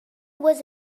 was